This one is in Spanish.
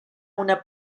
una